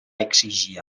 exigir